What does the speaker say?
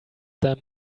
them